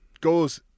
goes